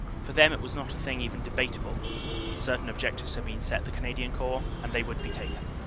for them it was not a thing even debatable certain objectives had been set the canadian corps and they would be taken.